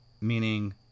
meaning